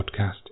podcast